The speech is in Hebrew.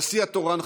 והשיא התורן,